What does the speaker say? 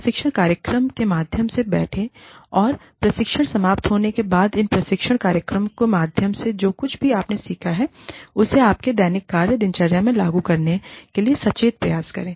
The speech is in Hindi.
प्रशिक्षण कार्यक्रम के माध्यम से बैठे और प्रशिक्षण समाप्त होने के बाद इन प्रशिक्षण कार्यक्रमों के माध्यम से जो कुछ भी आपने सीखा है उसे अपने दैनिक कार्य दिनचर्या में लागू करने के लिए सचेत प्रयास करें